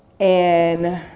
and